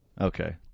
Okay